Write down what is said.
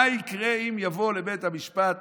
שאלו שם: מה יקרה אם יבואו לבית המשפט